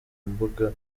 mbuga